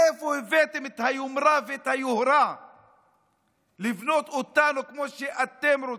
מאיפה הבאתם את היומרה ואת היוהרה לבנות אותנו כמו שאתם רוצים?